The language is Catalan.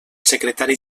secretari